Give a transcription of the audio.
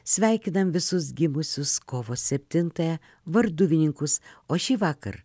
sveikinam visus gimusius kovo septintąją varduvininkus o šįvakar